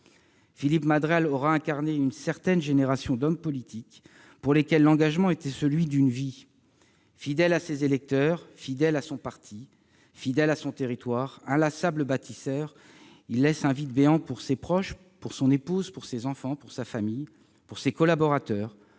Philippe Madrelle aura incarné une certaine génération d'hommes politiques, pour lesquels l'engagement était celui d'une vie. Fidèle à ses électeurs, fidèle à son parti, fidèle à son territoire, inlassable bâtisseur, il laisse un vide béant pour ses proches, pour son épouse, ses enfants, sa famille, ses collaborateurs,